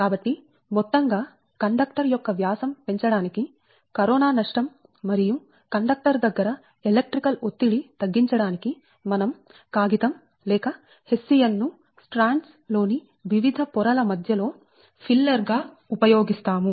కాబట్టి మొత్తంగా కండక్టర్ యొక్క వ్యాసం పెంచడానికి కరోనా నష్టం మరియు కండక్టర్ దగ్గర ఎలక్ట్రికల్ ఒత్తిడి తగ్గించడానికి మనం కాగితం లేక హెస్సియన్ ముతక బట్ట ను స్ట్రాండ్స్ లో ని వివిధ పొరల మధ్య లో ఫిల్లర్ గా ఉపయోగిస్తాము